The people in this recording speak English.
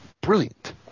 brilliant